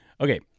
Okay